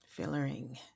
Fillering